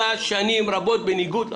הופלה שנים רבות בניגוד לחוק.